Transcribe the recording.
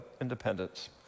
independence